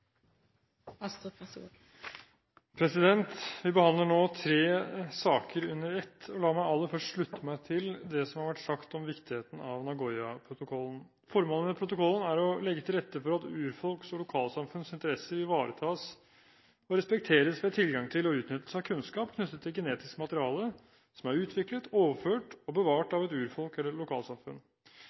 Vi behandler nå tre saker under ett. La meg aller først slutte meg til det som har vært sagt om viktigheten av Nagoya-protokollen. Formålet med protokollen er å legge til rette for at urfolks og lokalsamfunns interesser ivaretas og respekteres ved tilgang til og utnyttelse av kunnskap knyttet til genetisk materiale som er utviklet, overført og bevart av et urfolk eller et lokalsamfunn.